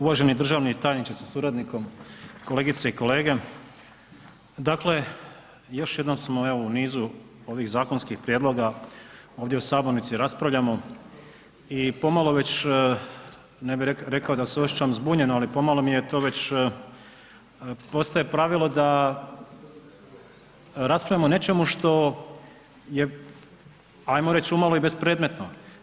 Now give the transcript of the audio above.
Uvaženi državni tajniče sa suradnikom, kolegice i kolege, dakle, još jednom smo evo u nizu ovih zakonskih prijedloga ovdje u sabornici raspravljamo i pomalo, već ne bih rekao da se osjećam zbunjeno, ali pomalo mi je to već, postaje pravilo da raspravljamo o nečemu, što je ajmo reći, umalo i bespredmetno.